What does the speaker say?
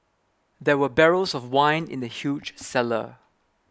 there were barrels of wine in the huge cellar